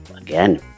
Again